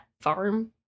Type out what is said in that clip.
farm